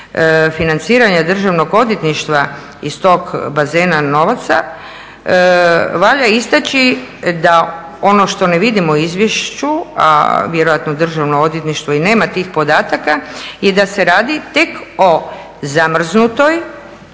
financiranja Državnog odvjetništva iz tog bazena novaca valja istaći da ono što ne vidimo u izvješću, a vjerojatno Državno odvjetništvo i nema tih podataka je da se radi tek o zamrznutoj